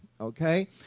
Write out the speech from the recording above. okay